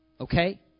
Okay